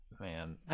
Man